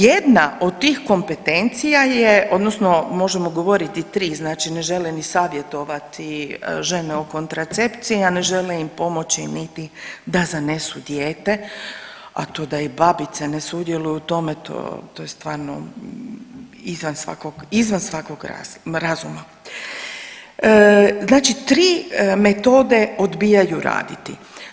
Jedna od tih kompetencija je odnosno možemo govoriti 3, znači ne žele ni savjetovati žene o kontracepciji, a ne žele im pomoći niti da zanesu dijete, a to da i babice ne sudjeluju u tome to, to je stvarno izvan svakog, izvan svakog razuma, znači tri metode odbijaju raditi.